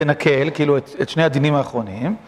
נקל, כאילו, את שני הדינים האחרונים.